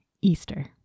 Easter